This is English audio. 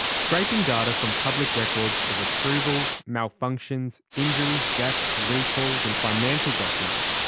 scraping data from public records of approvals, malfunctions, injuries, deaths, recalls and financial documents,